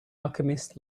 alchemist